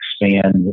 expand